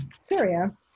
Syria